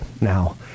Now